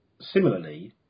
similarly